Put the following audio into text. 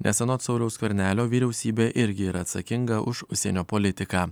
nes anot sauliaus skvernelio vyriausybė irgi yra atsakinga už užsienio politiką